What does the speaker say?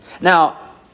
Now